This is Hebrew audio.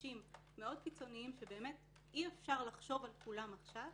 תרחישים מאוד קיצוניים שאי אפשר לחשוב על כולם עכשיו,